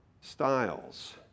styles